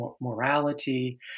morality